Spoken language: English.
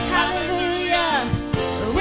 Hallelujah